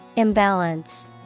Imbalance